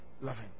loving